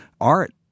art